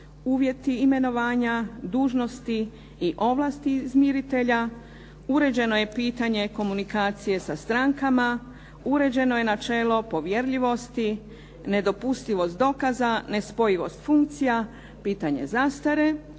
uvjeti imenovanja, dužnosti i ovlasti izmiritelja. Uređeno je pitanje komunikacije sa strankama, uređeno je načelo povjerljivosti, nedopustivost dokaza, nespojivost funkcija, pitanje zastare,